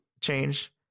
change